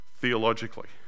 theologically